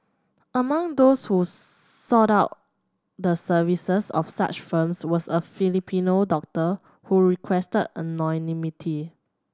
among those who sought out the services of such firms was a Filipino doctor who requested anonymity